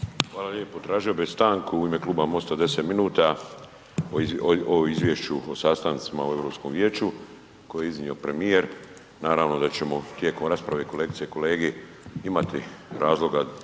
Miro (MOST)** Tražio bi stanku u ime Kluba MOST-a, 10 minuta o izvješću o sastancima u Europskom vijeću koje je iznio premijer, naravno da ćemo tijekom rasprave kolegice i kolege imati razloga